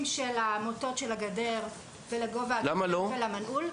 של המוטות של הגדר ולגובה הגדר והמנעול.